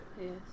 Yes